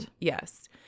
Yes